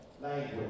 language